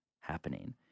happening